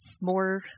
more